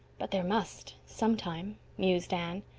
but there must sometime, mused anne.